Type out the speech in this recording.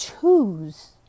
choose